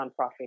nonprofit